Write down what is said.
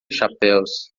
chapéus